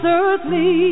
earthly